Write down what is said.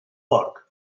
porc